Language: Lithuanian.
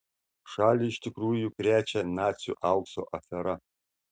šalį iš tikrųjų krečia nacių aukso afera